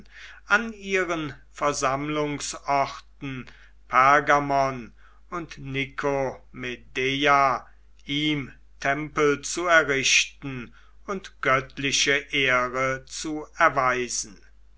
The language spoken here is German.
an ihren versammlungsorten pergamon und nikomedeia ihm tempel zu errichten und göttliche ehre zu erweisen